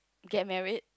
get married